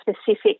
specific